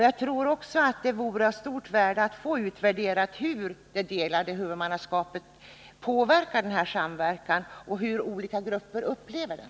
Jag tror också att det vore av stort värde att få en utvärdering av hur det delade huvudmannaskapet påverkar denna samverkan och hur olika grupper upplever den.